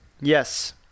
Yes